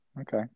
Okay